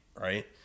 right